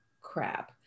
crap